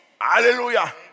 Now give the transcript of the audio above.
Hallelujah